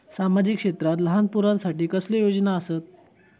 सामाजिक क्षेत्रांत लहान पोरानसाठी कसले योजना आसत?